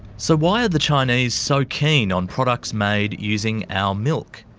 so why are the chinese so keen on products made using our milk?